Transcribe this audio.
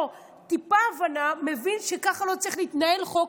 טיפה הבנה מבין שככה לא צריך להתנהל חוק,